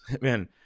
man